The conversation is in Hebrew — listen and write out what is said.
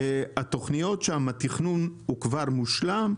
התכנון שם כבר מושלם?